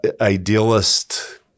idealist